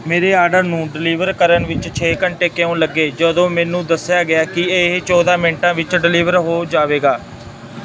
ਮੇਰੇ ਆਰਡਰ ਨੂੰ ਡਲੀਵਰ ਕਰਨ ਵਿੱਚ ਛੇ ਘੰਟੇ ਕਿਉਂ ਲੱਗੇ ਜਦੋਂ ਮੈਨੂੰ ਦੱਸਿਆ ਗਿਆ ਕਿ ਇਹ ਚੌਦ੍ਹਾਂ ਮਿੰਟਾਂ ਵਿੱਚ ਡਲੀਵਰ ਹੋ ਜਾਵੇਗਾ